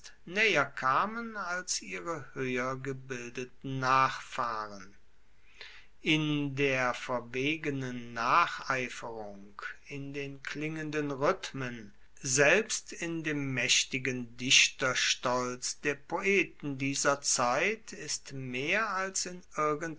naeher kamen als ihre hoeher gebildeten nachfahren in der verwegenen nacheiferung in den klingenden rhythmen selbst in dem maechtigen dichterstolz der poeten dieser zeit ist mehr als in